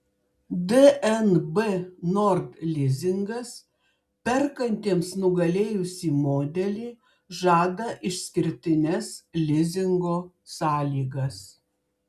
dnb nord lizingas perkantiems nugalėjusį modelį žada išskirtines lizingo sąlygas